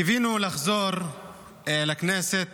קיווינו לחזור לכנסת